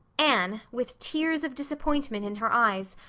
anne, with tears of disappointment in her eyes,